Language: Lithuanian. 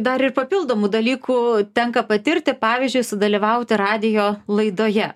dar ir papildomų dalykų tenka patirti pavyzdžiui sudalyvauti radijo laidoje